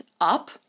up